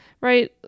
right